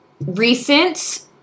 recent